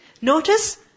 Notice